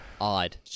odd